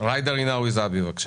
ג'ידא רינאוי זועבי בבקשה.